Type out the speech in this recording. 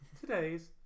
Today's